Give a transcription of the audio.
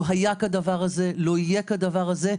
לא היה כדבר הזה, לא יהיה כדבר הזה לעולם.